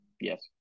Yes